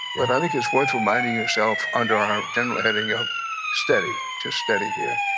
but i think it's worth reminding yourself under our general heading of steady, just steady here,